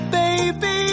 baby